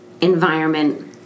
environment